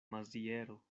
maziero